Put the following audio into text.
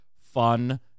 fun